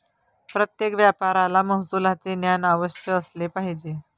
प्रत्येक व्यापाऱ्याला महसुलाचे ज्ञान अवश्य असले पाहिजे